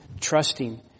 trusting